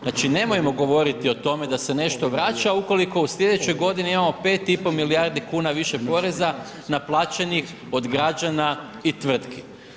Znači nemojmo govoriti o tome da se nešto vraća ukoliko u slijedećoj godini imamo 5 i pol milijardi kuna više poreza naplaćenih od građana i tvrtki.